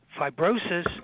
fibrosis